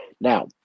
Now